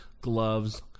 gloves